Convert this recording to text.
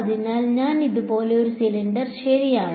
അതിനാൽ ഞാൻ ഇതുപോലുള്ള ഒരു സിലിണ്ടർ ശരിയാണ്